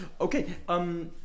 Okay